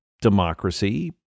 democracy